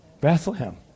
Bethlehem